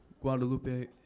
Guadalupe